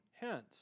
hence